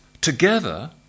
together